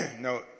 no